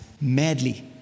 madly